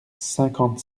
cinquante